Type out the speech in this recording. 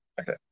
okay